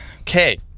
Okay